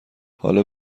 حالا